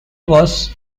was